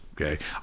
okay